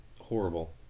horrible